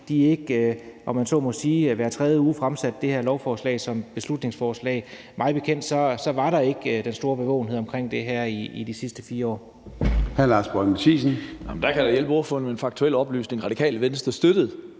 ikke, om jeg så må sige, fremsatte det her forslag som beslutningsforslag hver tredje uge. Mig bekendt var der ikke den store bevågenhed omkring det her i de sidste 4 år.